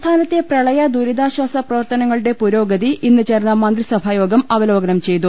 സംസ്ഥാനത്തെ പ്രളയ ദുരിതാശ്ചാസ പ്രവർത്തനങ്ങ ളുടെ പുരോഗതി ഇന്ന് ചേർന്ന മന്ത്രിസഭായോഗം അവ ലോകനം ചെയ്തു